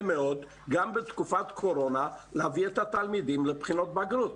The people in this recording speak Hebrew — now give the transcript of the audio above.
מאוד גם בתקופת קורונה להביא את התלמידים לבחינות בגרות